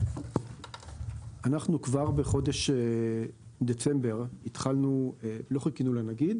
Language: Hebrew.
אנחנו כבר בחודש דצמבר לא חיכינו לנגיד